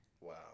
Wow